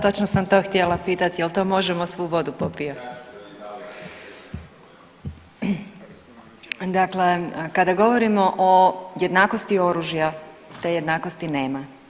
Točno sam to htjela pitati, jel' to možda svu vodu popio? … [[Upadica sa strane, ne čuje se.]] Dakle, kada govorimo o jednakosti oružja, te jednakosti nema.